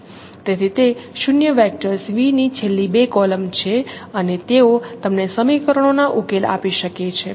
તેથી તે 0 vectors V ની છેલ્લી બે કોલમ છે અને તેઓ તમને સમીકરણોના ઉકેલો આપી શકે છે